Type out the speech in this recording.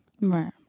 Right